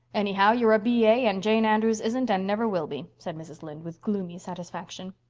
anyhow, you're a b a. and jane andrews isn't and never will be, said mrs. lynde, with gloomy satisfaction.